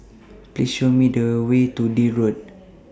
Please Show Me The Way to Deal Road